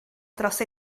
dros